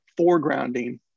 foregrounding